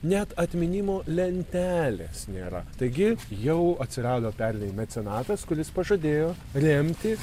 net atminimo lentelės nėra taigi jau atsirado pernai mecenatas kuris pažadėjo remti